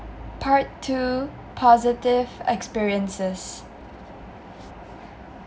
part two positive experiences